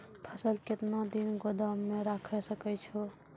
फसल केतना दिन गोदाम मे राखै सकै छौ?